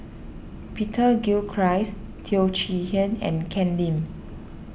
Peter Gilchrist Teo Chee Hean and Ken Lim